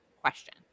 question